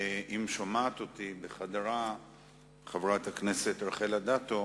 אם שומעת אותי בחדרה חברת הכנסת רחל אדטו,